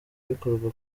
bikorwa